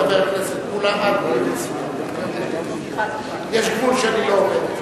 יש גבול שאני לא עובר.